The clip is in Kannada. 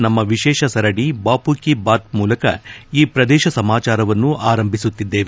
ನಮ್ನ ವಿಶೇಷ ಸರಣಿ ಬಾಪು ಕಿ ಬಾತ್ ಮೂಲಕ ಈ ವಾರ್ತಾಪ್ರಸಾರವನ್ನು ಆರಂಭಿಸುತ್ತಿದ್ದೇವೆ